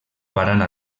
barana